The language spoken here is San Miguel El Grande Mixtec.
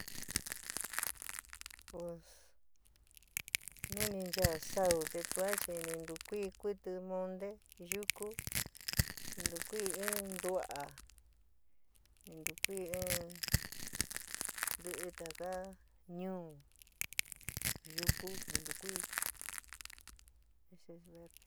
Pos nu ni nchaá saú, te tua chi ni ntu kuɨí kutɨó monté, yukú ni ntukui in ntua'a, ni ntukui in ntiɨ taka ñuú yuku ni ntukuí.